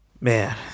man